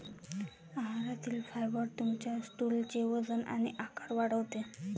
आहारातील फायबर तुमच्या स्टूलचे वजन आणि आकार वाढवते